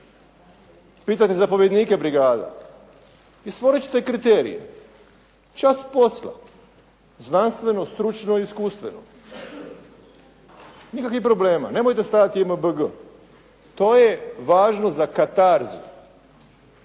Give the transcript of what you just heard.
Pitajte zapovjednike brigada i stvorit ćete kriterij, čas posla. znanstveno, stručno i iskustveno. Nikakvih problema, nemojte stavljati JMBG. To je važno za katarzu,